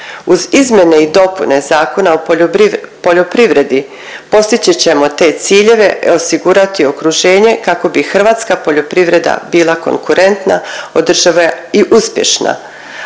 Uz izmjene i dopune Zakona o poljoprivredi postići ćemo te ciljeve i osigurati okruženje kako bi hrvatska poljoprivreda bila konkurentna, održiva i uspješna,